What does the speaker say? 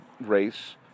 race